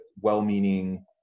well-meaning